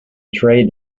trade